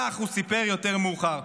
כך הוא סיפר יותר מאוחר: